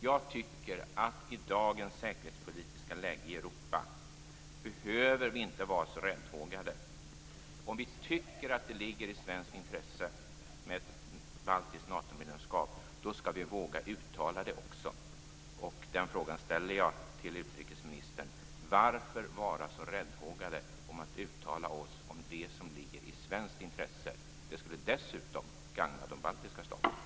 Jag tycker att vi i dagens säkerhetspolitiska läge i Europa inte behöver vara så räddhågade. Om vi tycker att det ligger i svenskt intresse med ett baltiskt Natomedlemskap, skall vi också våga uttala det. Jag vill till utrikesministern ställa frågan: Varför skall vi vara så räddhågade för att uttala oss om det som ligger i svenskt intresse? Det skulle dessutom gagna de baltiska staterna.